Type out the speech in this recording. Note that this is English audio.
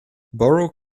borough